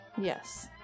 Yes